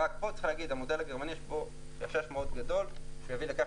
יש חשש מאוד גדול שהמודל הגרמני יביא לכך